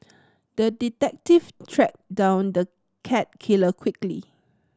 the detective tracked down the cat killer quickly